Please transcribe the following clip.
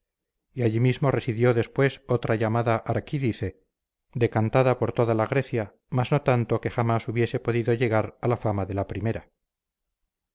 y allí mismo residió después otra llamada arquídice decantada por toda la grecia mas no tanto que jamás hubiese podido llegar a la fama de la primera